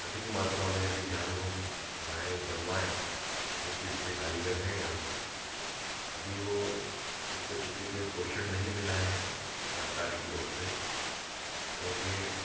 अधिक मात्रा में यदि हम झाड़ू बनाए बनवाए क्योंकि इसके कारीगर हैं यहाँ पर उनको चूँकि कोई पोषण नहीं मिला है सरकार की ओर से और वे